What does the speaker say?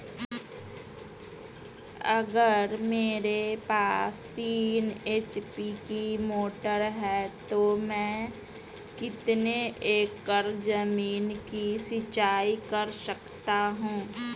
अगर मेरे पास तीन एच.पी की मोटर है तो मैं कितने एकड़ ज़मीन की सिंचाई कर सकता हूँ?